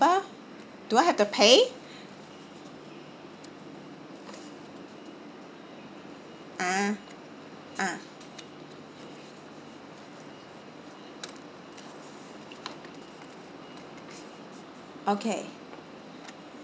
do I have to pay ah ah okay